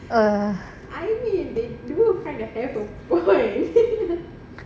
err